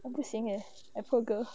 那不行 eh that poor girl